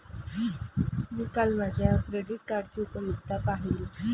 मी काल माझ्या क्रेडिट कार्डची उपयुक्तता पाहिली